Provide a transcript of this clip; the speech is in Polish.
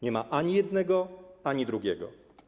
Nie ma ani jednego, ani drugiego.